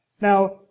Now